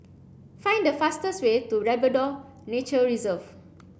find the fastest way to Labrador Nature Reserve